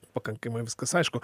pakankamai viskas aišku